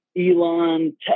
Elon